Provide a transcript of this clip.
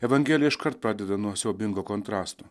evangelija iškart pradeda nuo siaubingo kontrasto